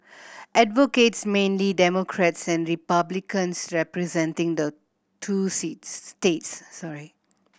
advocates mainly Democrats and Republicans representing the two seats states sorry